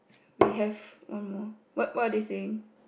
we have one more what what are they saying